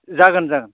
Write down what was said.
जागोन जागोन